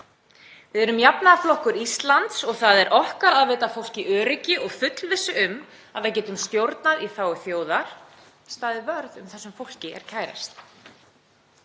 Við erum Jafnaðarflokkur Íslands. Það er okkar að veita fólki öryggi og fullvissu um að við getum stjórnað í þágu þjóðar; staðið vörð um það sem fólki er kærast.